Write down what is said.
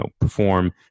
perform